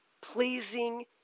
pleasing